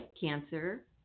cancer